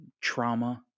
trauma